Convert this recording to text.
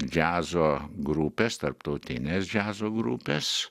džiazo grupės tarptautinės džiazo grupės